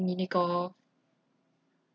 mini golf